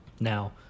Now